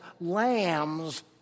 lambs